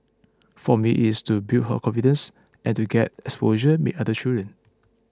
for me it is to build her confidence and to get exposure meet other children